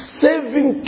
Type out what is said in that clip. saving